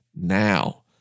now